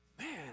man